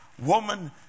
Woman